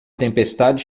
tempestade